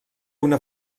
una